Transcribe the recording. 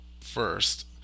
First